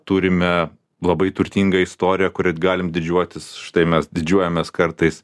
turime labai turtingą istoriją kuria galim didžiuotis štai mes didžiuojamės kartais